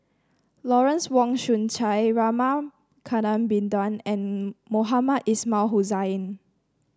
Lawrence Wong Shyun Tsai Rama Kannabiran and Mohamed Ismail Hussain